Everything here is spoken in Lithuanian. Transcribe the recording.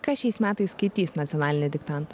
kas šiais metais skaitys nacionalinį diktantą